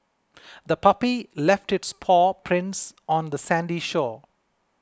the puppy left its paw prints on the sandy shore